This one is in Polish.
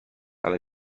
ale